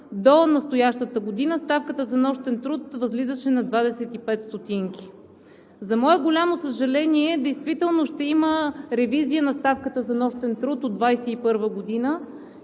до настоящата година ставката за нощен труд възлизаше на 25 стотинки. За мое голямо съжаление действително ще има ревизия на ставката за нощен труд от 2021 г.,